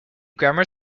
grammar